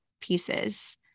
pieces